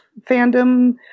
fandom